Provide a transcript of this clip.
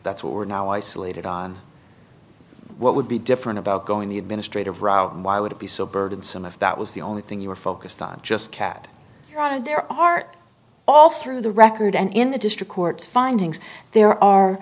that's what we're now isolated on what would be different about going the administrative route and why would it be so burdensome if that was the only thing you were focused on just kept running their art all through the record and in the district court's findings there are